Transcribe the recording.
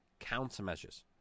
countermeasures